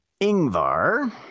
Ingvar